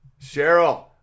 Cheryl